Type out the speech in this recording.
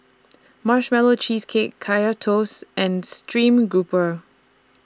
Marshmallow Cheesecake Kaya Toast and Stream Grouper